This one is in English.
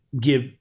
give